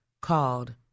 called